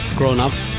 grown-ups